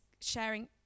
sharing